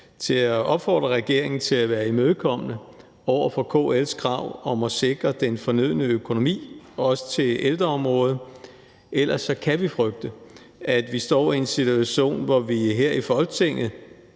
til at opfordre regeringen til at være imødekommende over for KL's krav om at sikre den fornødne økonomi, også til ældreområdet, for ellers kan vi frygte, at vi står i en situation, hvor vi her i Folketinget,